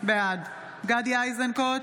בעד גדי איזנקוט,